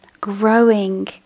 growing